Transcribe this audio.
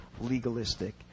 legalistic